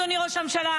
אדוני ראש הממשלה,